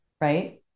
right